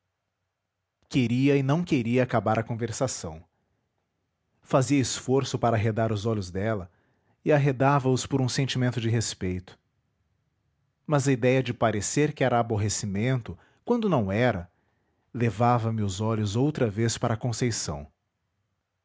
queria e não queria acabar a conversação fazia esforço para arredar os olhos dela e arredavaos por um sentimento de respeito mas a idéia de parecer que era aborrecimento quando não era levava me os olhos outra vez para conceição